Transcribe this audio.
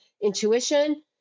intuition